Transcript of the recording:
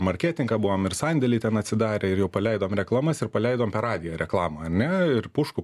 marketingą buvom ir sandėliai ten atsidarę ir jau paleidom reklamas ir paleidom per radiją reklamą ar ne ir pušku